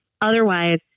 Otherwise